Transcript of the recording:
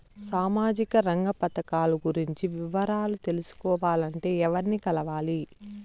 సామాజిక రంగ పథకాలు గురించి వివరాలు తెలుసుకోవాలంటే ఎవర్ని కలవాలి?